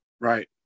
Right